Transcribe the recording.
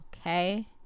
Okay